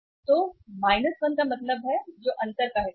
तो 1 का मतलब है जो अंतर का हिस्सा है